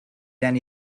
than